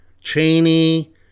Cheney